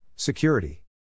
Security